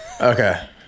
Okay